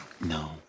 No